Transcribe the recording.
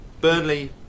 Burnley